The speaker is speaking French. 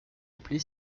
appelée